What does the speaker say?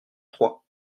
trois